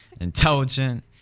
Intelligent